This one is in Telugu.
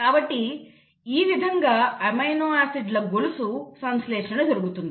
కాబట్టి ఈ విధంగా అమైనో ఆసిడ్ల గొలుసు సంశ్లేషణ జరుగుతుంది